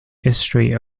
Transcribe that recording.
history